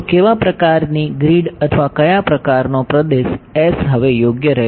તો કેવા પ્રકારની ગ્રીડ અથવા કયા પ્રકારનો પ્રદેશ S હવે યોગ્ય રહેશે